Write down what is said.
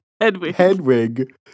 Hedwig